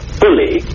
fully